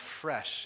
fresh